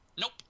nope